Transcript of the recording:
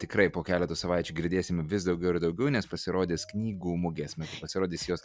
tikrai po keletos savaičių girdėsime vis daugiau ir daugiau nes pasirodys knygų mugės metu pasirodys jos